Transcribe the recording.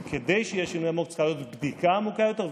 וכדי שיהיה שינוי עמוק צריכה להיות בדיקה עמוקה יותר.